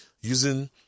using